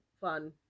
fun